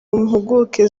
mpuguke